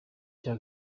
cya